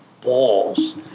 balls